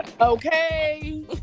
Okay